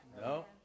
No